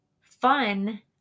fun